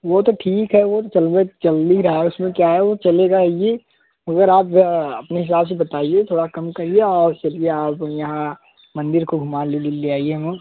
वह तो ठीक है वह चल चल ही रहा है उसमें क्या है वह चलेगा ही मगर आप अपने हिसाब से बताइए थोड़ा कम करिए और चलिए आप यहाँ मंदिर को घुमाने ले आइए हमो